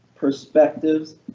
perspectives